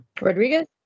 rodriguez